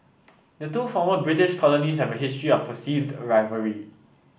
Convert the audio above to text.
the two former British colonies have a history of perceived rivalry